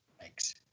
Thanks